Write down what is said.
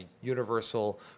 universal